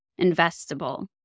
investable